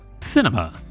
Cinema